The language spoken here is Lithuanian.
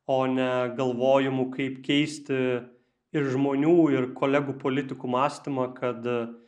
o ne galvojimu kaip keisti ir žmonių ir kolegų politikų mąstymą kad